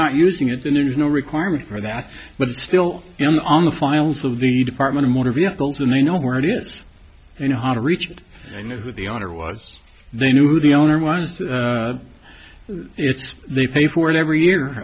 not using it then there's no requirement for that but it's still on the files of the department of motor vehicles and they know where it is you know how to reach the owner was they knew who the owner was it's they pay for it every year